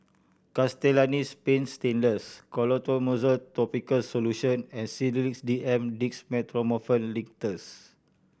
Castellani's Paint Stainless Clotrimozole Topical Solution and Sedilix D M Dextromethorphan Linctus